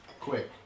Quick